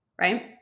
Right